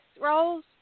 rolls